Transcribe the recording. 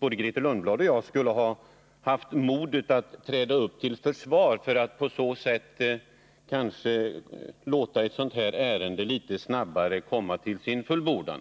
både Grethe Lundblad och jag borde ha haft modet att träda upp till hans försvar för att på så sätt låta ett sådant här ärende litet snabbare komma till sin fullbordan.